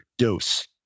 Dose